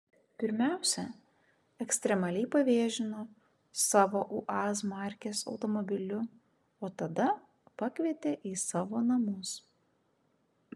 pirmiausia ekstremaliai pavėžino savo uaz markės automobiliu o tada pakvietė į savo namus